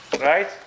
right